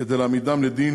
כדי להעמידם לדין